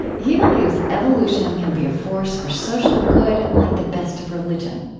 he believes evolution can be a force for social good like the best of religion.